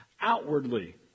Outwardly